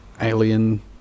alien